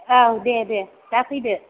औ दे दे दा फैदो